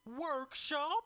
workshop